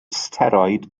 steroid